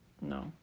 No